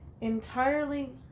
entirely